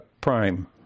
prime